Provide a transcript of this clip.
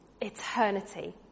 eternity